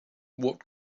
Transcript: what